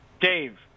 Dave